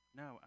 no